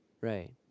Right